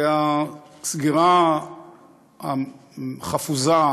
הסגירה החפוזה,